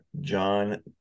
John